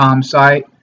site